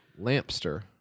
Lampster